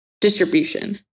distribution